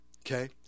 okay